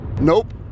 Nope